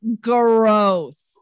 gross